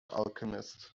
alchemist